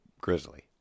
grizzly